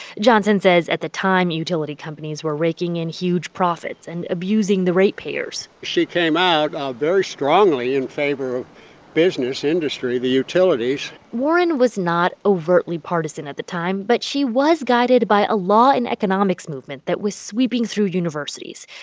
johnson says at the time, utility companies were raking in huge profits and abusing the ratepayers she came out ah very strongly in favor of business, industry, the utilities warren was not overtly partisan at the time, but she was guided by a law and economics movement that was sweeping through universities.